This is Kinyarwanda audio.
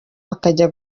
bakajya